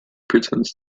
pretends